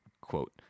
quote